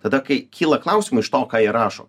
tada kai kyla klausimų iš to ką jie rašo